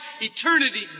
eternity